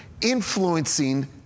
influencing